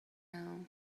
now